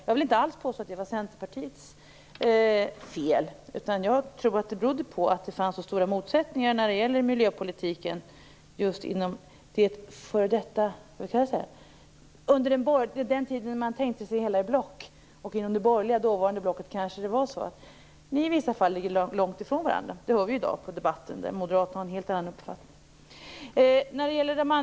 Jag vill inte alls påstå att det var Centerpartiets fel, utan jag tror att det berodde på de stora motsättningar som fanns om miljöpolitiken under den tiden då man tänkte sig det hela i block. Inom det dåvarande borgerliga blocket kanske partierna i vissa fall låg långt ifrån varandra. Det hör man ju i dag i debatten, där Moderaterna har en helt annan uppfattning.